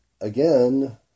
again